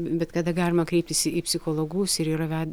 bet kada galima kreiptis į psichologus ir yra